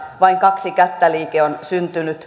vain kaksi kättä liike on syntynyt